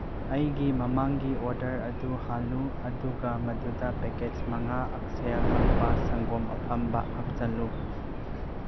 ꯑꯩꯒꯤ ꯃꯃꯥꯡꯒꯤ ꯑꯣꯔꯗꯔ ꯑꯗꯨ ꯍꯜꯂꯨ ꯑꯗꯨꯒ ꯃꯗꯨꯗ ꯄꯦꯀꯦꯠꯁ ꯃꯉꯥ ꯑꯛꯁꯦꯌꯥꯀꯜꯄꯥ ꯁꯪꯒꯣꯝ ꯑꯐꯝꯕ ꯍꯥꯞꯆꯜꯂꯨ